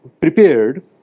prepared